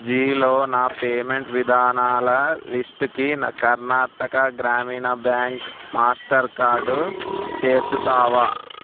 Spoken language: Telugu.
జీలో నా పేమెంట్ విధానాల లిస్టుకి నా Karnataka Gramin bank Mastercard చేర్చుతావా